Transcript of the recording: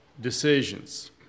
decisions